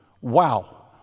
Wow